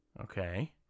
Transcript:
Okay